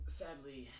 sadly